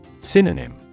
Synonym